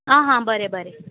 आं हां बरें बरें